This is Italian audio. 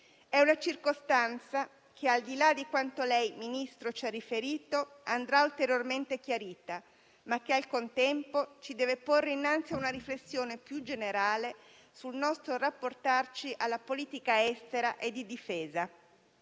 È una circostanza che, al di là di quanto lei, Ministro, ci ha riferito, andrà ulteriormente chiarita, ma che al contempo ci deve porre innanzi a una riflessione più generale sul nostro rapportarci alla politica estera e di difesa.